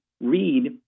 read